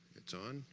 it's on,